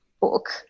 book